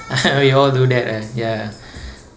we all do that ah ya